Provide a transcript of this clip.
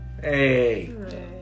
hey